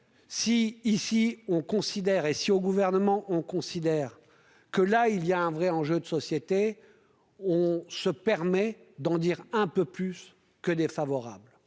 si ici on considère et si, au gouvernement, on considère que là il y a un vrai enjeu de société, on se permet d'en dire un peu plus que défavorable